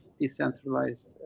decentralized